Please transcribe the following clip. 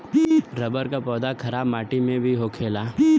rubber क पौधा खराब माटी में भी होखेला